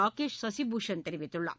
ராகேஷ் சசிபூஷண் தெரிவித்துள்ளார்